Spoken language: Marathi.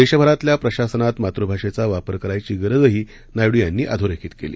देशभरातल्या प्रशासनात मातृभाषेचा वापर करायची गरजही नायडू यांनी अधोरेखित केली